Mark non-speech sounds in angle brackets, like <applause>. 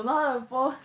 <laughs>